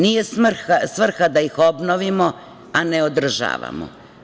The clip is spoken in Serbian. Nije svrha da ih obnovimo, a ne održavamo.